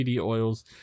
oils